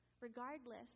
Regardless